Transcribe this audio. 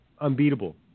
unbeatable